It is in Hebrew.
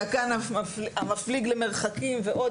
- אפליג למרחקים ועוד.